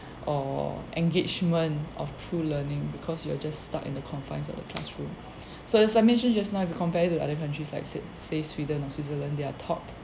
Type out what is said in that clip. or engagement of true learning because you are just stuck in the confines of the classroom so as I mentioned just now if you compare it to other countries like sa~ say sweden or switzerland they are top